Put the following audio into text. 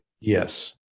Yes